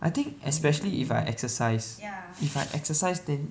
I think especially if I exercise if I excercise then